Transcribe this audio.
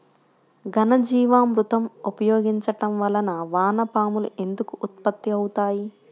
ఘనజీవామృతం ఉపయోగించటం వలన వాన పాములు ఎందుకు ఉత్పత్తి అవుతాయి?